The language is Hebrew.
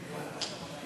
בבקשה.